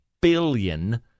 billion